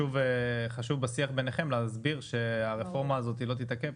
חשוב בשיח ביניכם שהרפורמה הזאת לא תתעכב.